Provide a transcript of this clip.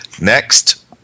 Next